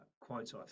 quotes